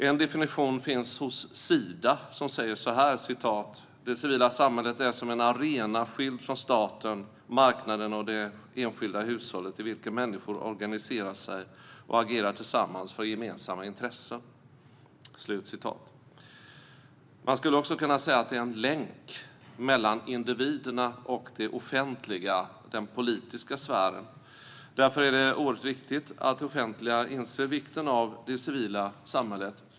En definition på civilsamhället kan hämtas från Sida som säger: Det civila samhället är som en arena, skild från staten, marknaden och det enskilda hushållet, i vilken människor organiserar sig och agerar tillsammans för gemensamma intressen. Man skulle också kunna säga att det är en länk mellan individerna och den offentliga, politiska sfären. Därför är det oerhört viktigt att det offentliga inser vikten av det civila samhället.